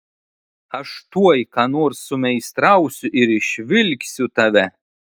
aš tuoj ką nors sumeistrausiu ir išvilksiu tave